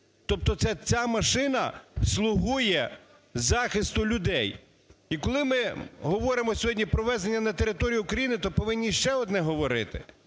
Тобто, ця машина слугує захисту людей. І, коли ми говоримо сьогодні про ввезення на територію України, то повинні ще одне говорити,